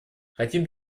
хотим